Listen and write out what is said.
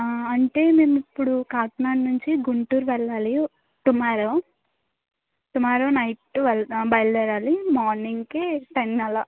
అంటే మేము ఇప్పుడు కాకినాడ నుంచి గుంటూరు వెళ్ళాలి టుమారో టుమారో నైట్ ట్వెల్వ్ బయలుదేరాలి రేపు మార్నింగ్కి టెన్ అలా